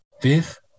fifth